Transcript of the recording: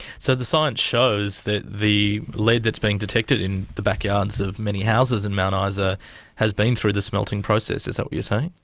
so the science shows the lead that's been detected in the backyards of many houses in mount ah isa has been through the smelting process. is that what you're saying?